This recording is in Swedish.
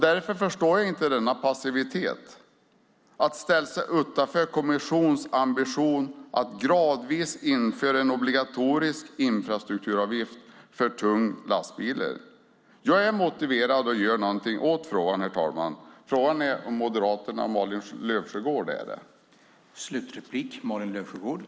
Därför förstår jag inte denna passivitet, att ställa sig utanför kommissionens ambitioner att gradvis införa en obligatorisk infrastrukturavgift för tunga lastbilar. Jag är motiverad att göra någonting åt frågan, herr talman. Frågan är om Moderaterna och Malin Löfsjögård är det.